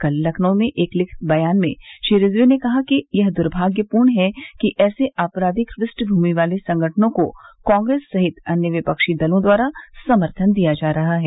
कल लखनऊ में एक लिखित बयान में श्री रिजवी ने कहा कि यह दुर्भाग्यपूर्ण है कि ऐसे आपराधिक पृष्ठभूमि वाले संगठनों को कांग्रेस सहित अन्य विपक्षी दलों द्वारा सम्थन दिया जा रहा है